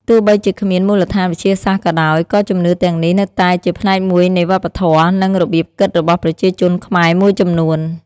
ទោះបីជាគ្មានមូលដ្ឋានវិទ្យាសាស្ត្រក៏ដោយ ក៏ជំនឿទាំងនេះនៅតែជាផ្នែកមួយនៃវប្បធម៌ និងរបៀបគិតរបស់ប្រជាជនខ្មែរមួយចំនួន។